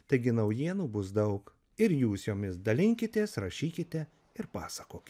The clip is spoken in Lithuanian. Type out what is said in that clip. taigi naujienų bus daug ir jūs jomis dalinkitės rašykite ir pasakoki